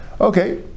okay